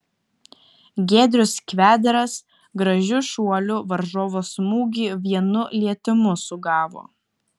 giedrius kvedaras gražiu šuoliu varžovo smūgį vienu lietimu sugavo